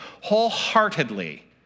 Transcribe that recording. wholeheartedly